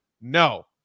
no